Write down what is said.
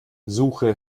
suche